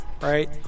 right